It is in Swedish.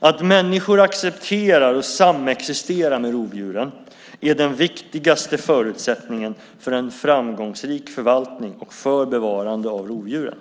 Att människor accepterar att samexistera med rovdjuren är den viktigaste förutsättningen för en framgångsrik förvaltning och för bevarande av rovdjuren.